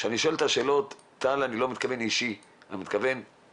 כשאני שואל את השאלות אני לא מתכוון באופן אישי אלא נקודתית.